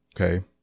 Okay